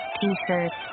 T-shirts